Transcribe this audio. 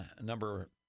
number